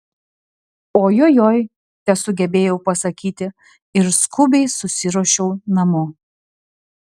ojojoi tesugebėjau pasakyti ir skubiai susiruošiau namo